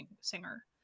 singer